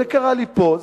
זה קרה לי פה,